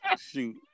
Shoot